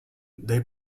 they